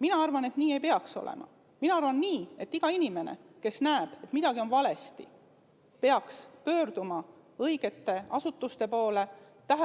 Mina arvan, et nii ei peaks olema. Mina arvan nii, et iga inimene, kes näeb, et midagi on valesti, peaks pöörduma õigete asutuste poole, et